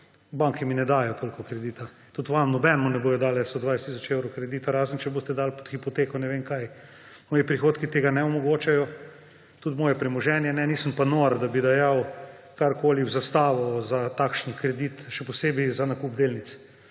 banke mi ne dajo toliko kredita. Tudi nobenemu izmed vas ne bodo dale 120 tisoč evrov kredita, razen če boste dali pod hipoteko ne vem kaj. Moji prihodki tega ne omogočajo, tudi moje premoženje ne, nisem pa nor, da bi dajal karkoli v zastavo za takšen kredit, še posebej za nakup delnic.